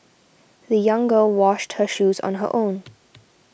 the young girl washed her shoes on her own